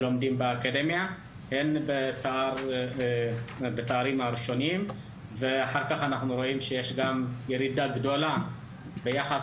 הן בתארים הראשונים וכן ירידה גדולה בכמות